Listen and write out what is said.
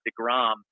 DeGrom